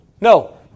No